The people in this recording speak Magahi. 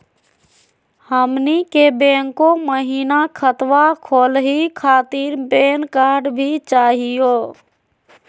हमनी के बैंको महिना खतवा खोलही खातीर पैन कार्ड भी चाहियो?